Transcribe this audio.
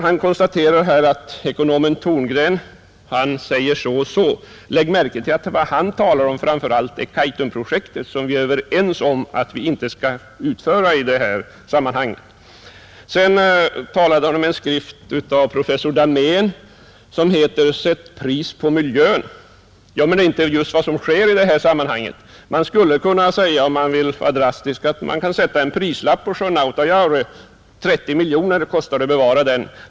Han konstaterar att ekonomen Thorngren säger så och så. Lägg märke till att vad Thorngren talar om är framför allt Kaitumprojektet, som vi är överens om att vi inte skall utföra, Herr Regnéll talade om en skrift av professor Dahmén som heter Sätt pris på miljön, Är det inte just vad som sker i detta sammanhang? Man skulle kunna säga, om man vill vara drastisk, att man kan sätta en prislapp på sjön Autajaure: 30 miljoner kronor kostar det att bevara den.